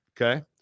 Okay